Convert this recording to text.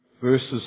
verses